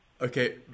Okay